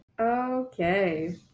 okay